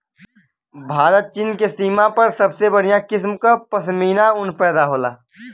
भारत चीन के सीमा पर सबसे बढ़िया किसम क पश्मीना ऊन पैदा होला